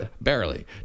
barely